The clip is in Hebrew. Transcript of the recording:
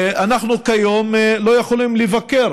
אנחנו כיום לא יכולים לבקר